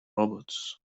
robots